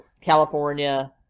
California